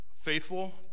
faithful